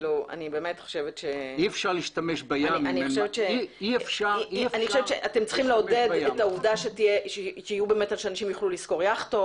אני חושבת שאתם צריכים לעודד את העובדה שאנשים יוכלו לשכור יכטות,